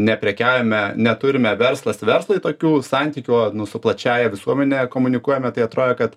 neprekiaujame neturime verslas verslui tokių santykių o su plačiąja visuomene komunikuojame tai atrodė kad